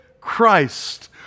Christ